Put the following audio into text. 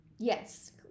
Yes